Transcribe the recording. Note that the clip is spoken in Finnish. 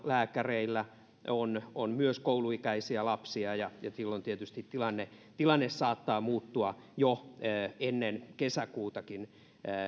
lääkäreillä on on myös kouluikäisiä lapsia ja silloin tietysti tilanne tilanne saattaa muuttua jo ennen kesäkuutakin